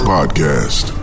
Podcast